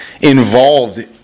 involved